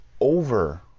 over